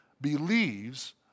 believes